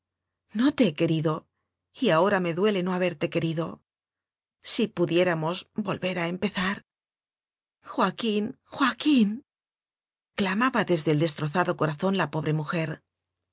no te he querido y ahora me duele no haberte querido si pudiéramos volver a empezar joaquín joaquín clamaba desde el destrozado corazón la pobre mujer